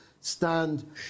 stand